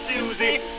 Susie